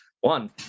One